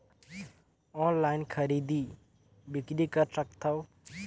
Online खरीदी बिक्री कर सकथव?